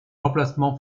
emplacement